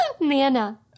nana